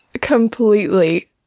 completely